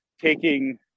taking